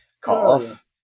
cutoff